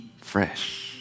fresh